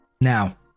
Now